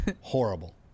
horrible